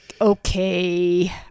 okay